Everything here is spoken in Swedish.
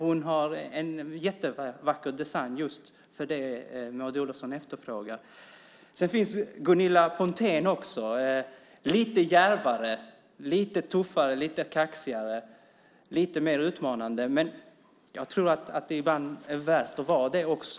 Hon har en jättevacker design för just det Maud Olofsson efterfrågar. Gunilla Pontén finns också - lite djärvare, lite tuffare, lite kaxigare och lite mer utmanande, men jag tror att det ibland är värt att vara det också.